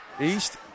East